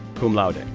cum laude, and